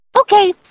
Okay